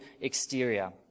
exterior